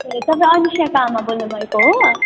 ए तपाईँ अनिसाको आमा बोल्नुभएको हो